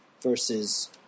versus